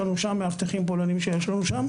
מאבטחים פולנים שיש לנו שם.